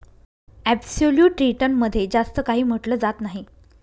absolute return मध्ये जास्त काही म्हटलं जात नाही